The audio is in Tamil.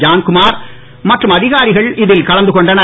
ஜான்குமார் மற்றும் அதிகாரிகள் இதில் கலந்துகொண்டனர்